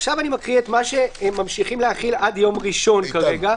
עכשיו אקרא את מה שממשיכים להחיל עד יום ראשון כרגע,